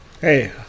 Hey